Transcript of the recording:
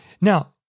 Now